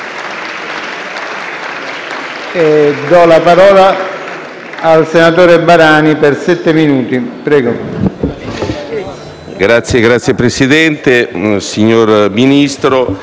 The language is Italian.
Signor Presidente, signor Ministro,